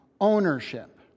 ownership